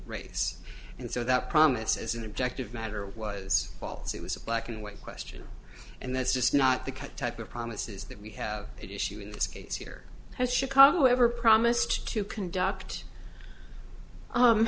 race and so that promise as an objective matter was false it was a black and white question and that's just not the cut type of promises that we have issue in this case here has chicago ever promised to conduct